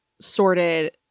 sorted